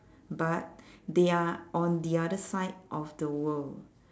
but they are on the other side of the world